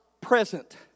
present